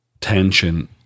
tension